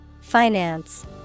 Finance